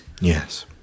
Yes